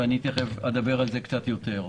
ותיכף אדבר על זה קצת יותר.